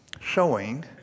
showing